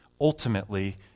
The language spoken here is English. ultimately